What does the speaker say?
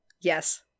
Yes